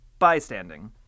Bystanding